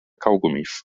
kaugummis